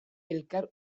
elkar